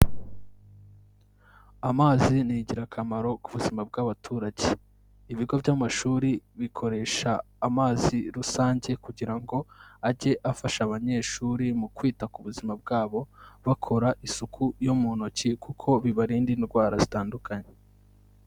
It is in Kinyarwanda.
Amazi ni ingirakamaro ku buzima bw'abaturage. Ibigo by'amashuri bikoresha amazi rusange kugira ngo ajye afasha abanyeshuri mu kwita ku buzima bwabo, bakora isuku yo mu ntoki, kuko bibarinda indwara zitandukanye.